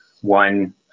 one